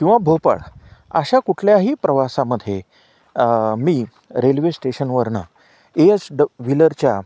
किंवा भोपाळ अशा कुठल्याही प्रवासामध्ये मी रेल्वे स्टेशनवरनं ए एस ड व्हीलरच्या